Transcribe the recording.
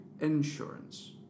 insurance